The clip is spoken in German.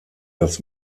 das